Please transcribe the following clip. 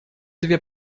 две